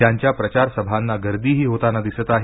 त्यांच्या प्रचार सभांना गर्दीही होताना दिसत आहे